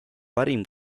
parim